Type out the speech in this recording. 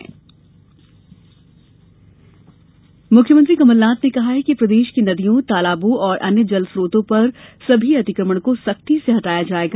जल अतिक्रमण मुख्यमंत्री कमलनाथ ने कहा है कि प्रदेश की नदियों तालाबों और अन्य जल स्त्रोतों पर सभी अतिक्रमण को सख्ती से हटाया जाएगा